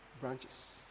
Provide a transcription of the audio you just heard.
branches